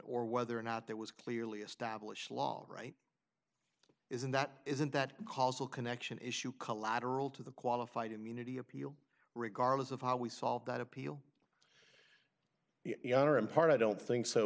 or whether or not there was clearly established law right isn't that isn't that causal connection issue collateral to the qualified immunity appeal regardless of how we solve that appeal or in part i don't think so